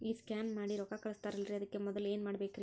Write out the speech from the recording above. ಈ ಸ್ಕ್ಯಾನ್ ಮಾಡಿ ರೊಕ್ಕ ಕಳಸ್ತಾರಲ್ರಿ ಅದಕ್ಕೆ ಮೊದಲ ಏನ್ ಮಾಡ್ಬೇಕ್ರಿ?